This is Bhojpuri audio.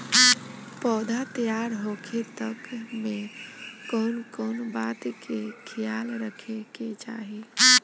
पौधा तैयार होखे तक मे कउन कउन बात के ख्याल रखे के चाही?